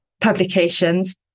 publications